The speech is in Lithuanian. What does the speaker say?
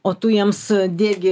o tu jiems diegi